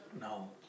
No